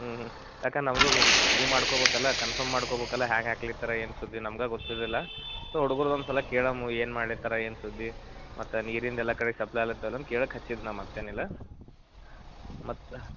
ಹ್ಞೂ ಹ್ಞೂ ಯಾಕಂದ್ರ್ ನಮ್ಮದು ಇದು ಮಾಡ್ಕೊಬೇಕಲ್ಲ ಕಂಫಮ್ ಮಾಡ್ಕೊಬೇಕಲ್ಲ ಹ್ಯಾಗೆ ಹಾಕ್ಲಿತ್ತಾರ ಏನು ಸುದ್ದಿ ನಮ್ಗೆ ಗೊತ್ತಿದ್ದಿಲ್ಲ ಹುಡ್ಗ್ರ ಒಂದು ಸಲ ಕೇಳಾಮು ಏನು ಮಾಡ್ಲಿತ್ತಾರ ಏನು ಸುದ್ದಿ ಮತ್ತು ನೀರಿಂದೆಲ್ಲ ಕರೆಕ್ಟ್ ಸಪ್ಲಯ್ ಆಲತ್ತಲ್ಲ ಅಂತ ಕೇಳಕ್ಕೆ ಹಚ್ಚಿದ್ದು ನಾ ಮತ್ತೇನಿಲ್ಲ ಮತ್ತು